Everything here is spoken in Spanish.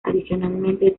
adicionalmente